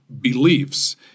beliefs